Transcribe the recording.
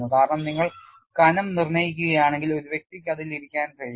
കാരണം നിങ്ങൾ കനം നിർണ്ണയിക്കുകയാണെങ്കിൽ ഒരു വ്യക്തിക്ക് അതിൽ ഇരിക്കാൻ കഴിയും